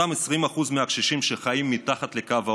אותם 20% מהקשישים שחיים מתחת לקו העוני,